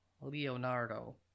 Leonardo